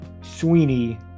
sweeney